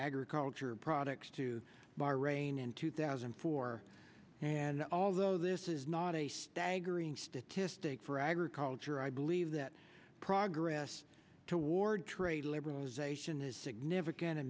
agriculture products to bahrain in two thousand and four and although this is not a staggering statistic for agriculture i believe that progress toward trade liberalization is significant a